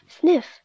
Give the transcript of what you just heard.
sniff